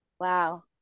wow